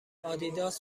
آدیداس